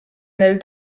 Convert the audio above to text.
nel